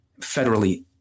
federally